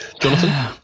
Jonathan